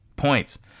points